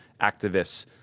activists